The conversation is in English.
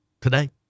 today